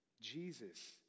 jesus